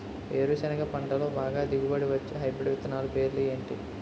వేరుసెనగ పంటలో బాగా దిగుబడి వచ్చే హైబ్రిడ్ విత్తనాలు పేర్లు ఏంటి?